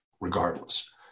regardless